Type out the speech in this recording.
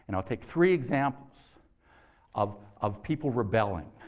and i'll take three examples of of people rebelling.